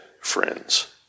friends